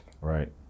Right